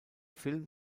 film